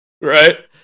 Right